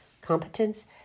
competence